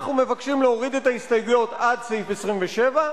אנחנו מבקשים להוריד את ההסתייגויות עד סעיף 27,